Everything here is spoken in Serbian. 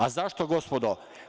A zašto, gospodo?